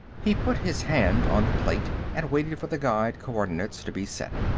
he put his hand on the plate and waited for the guide coordinates to be set.